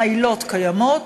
העילות קיימות.